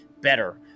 better